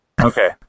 Okay